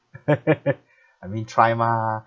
I mean try mah